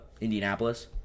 Indianapolis